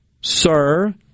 sir